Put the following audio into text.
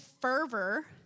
fervor